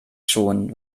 schon